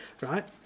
right